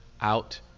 out